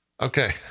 okay